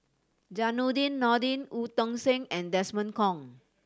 Zainudin Nordin Eu Tong Sen and Desmond Kon